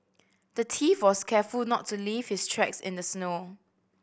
the thief was careful to not leave his tracks in the snow